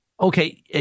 Okay